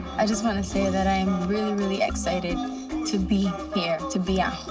i just want to say that i'm really, really excited to be here, to be ah